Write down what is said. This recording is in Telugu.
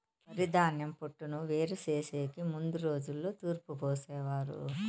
వరిధాన్యం పొట్టును వేరు చేసెకి ముందు రోజుల్లో తూర్పు పోసేవారు